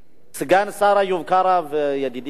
סגן השר איוב קרא וידידי הטוב,